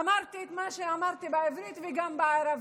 אמרתי את מה שאמרתי בעברית גם בערבית.